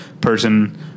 person